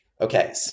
Okay